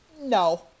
No